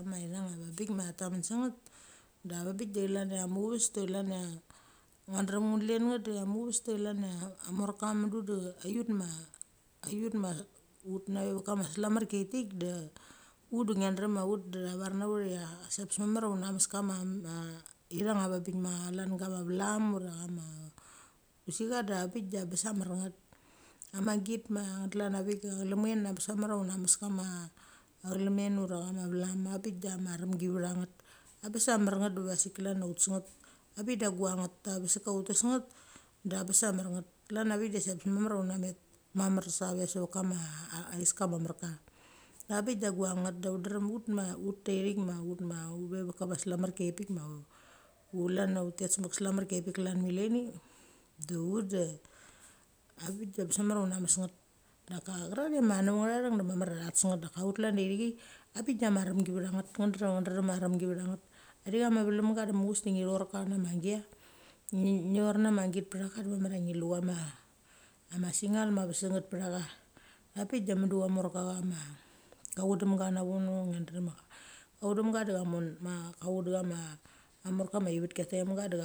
Ama ithang a bik ma tamen senget, da ava bik chlan ia muchuvies da chlan ia ngua drem ngut len nget. Da cha muchuves da chlan ia amorka mudu de aiut ma ut nave neve kama slamerki aitkide ut de ngiandrem da thavar na ut ia se abas mamer ia unames kama ithang avabik ma chlan gama vlam ura chama pusicha da avabik da abes ia mer nget. Ama git ma klan avik chlamen abes mamar ia una mes kama chlemen ura cha ma vlam abik da aremgi ve tha nget. Abes a mernget deva asik klan ia utes nget. Abik da guang nget. Asik ka utes nget da abes ia mer nget klan avik de se abas mamer ia una met mamar save sevet kama aiska mamer ka. Abik da guang nget da ut drem ut ma ut tha i thik ma ut ma uve met kama slamer ki ai thik chlan ut milani. Di ut de avik da abes mamer una bes mamer ia una nes nget daka chrare ma neve nga thantheng da mamer ia tha tes nget daka ut klar dia ithichei, abik da abik da arengi vetha nget. Dia iama vlemga de muchuves de ngi thorka nama git petha cha da mamer ia ngi lucha ma singal ma vesenget petha cha. Apik de mudu amar ka cha ma ka chudengem ga na nono ngian drem, chugem ga da cha mon ma cha chudem a ivetki at taimga da